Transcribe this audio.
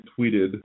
tweeted